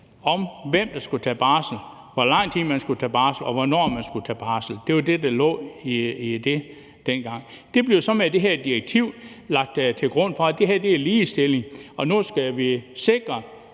til hvem der skulle tage barsel, hvor lang tid man skulle tage barsel, og hvornår man skulle tage barsel. Det var det, der lå i det dengang. Der blev så med det her direktiv lagt til grund, at det her er ligestilling – vi skal nu med